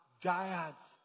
giants